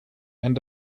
and